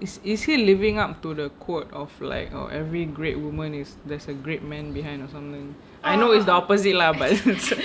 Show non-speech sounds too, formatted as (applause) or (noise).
is is he living up to the quote of like every great woman is there's a great man behind or something I know it's the opposite lah but (laughs)